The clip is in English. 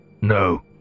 No